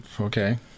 Okay